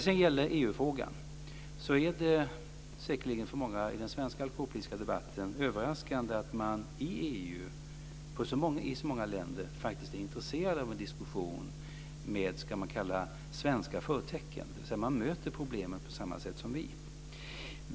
Vad gäller EU är det säkerligen för många i den svenska alkoholpolitiska debatten överraskande att så många länder i EU faktiskt är intresserade av en diskussion med "svenska förtecken". Man möter problemen på samma sätt som vi.